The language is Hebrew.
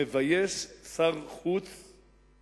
מבייש את שר החוץ בישראל.